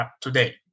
today